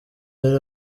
yari